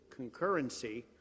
concurrency